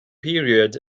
period